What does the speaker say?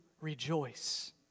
rejoice